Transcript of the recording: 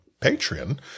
Patreon